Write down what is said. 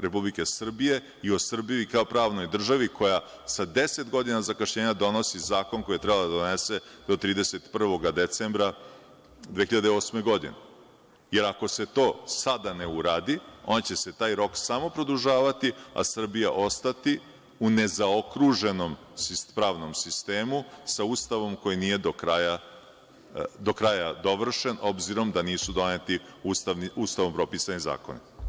Republike Srbije i o Srbiji kao pravnoj državi koja sa deset godina zakašnjenja donosi zakon koji je trebala da donese do 31. decembra 2008. godine, jer ako se to sada ne u radi, onda će se taj rok samo produžavati, a Srbija ostati u nezaokruženom pravnom sistemu sa Ustavom koji nije do kraja dovršen, obzirom da nisu doneti Ustavom propisani zakoni.